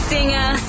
Singer